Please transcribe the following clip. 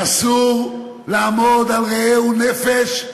אסור לעמוד על רעהו נפש,